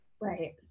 Right